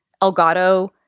Elgato